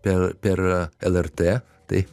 per per lrt tai